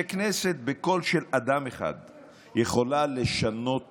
שכנסת בקול של אדם יכולה לשנות את